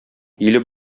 иле